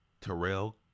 Terrell